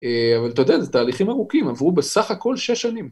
אבל אתה יודע, זה תהליכים ארוכים, עברו בסך הכל שש שנים.